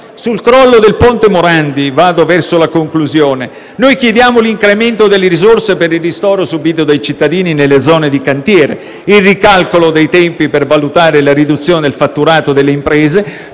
Sul crollo del ponte Morandi, chiediamo: l'incremento delle risorse per il ristoro dei danni subiti dai cittadini nelle zone di cantiere; il ricalcolo dei tempi per valutare la riduzione del fatturato delle imprese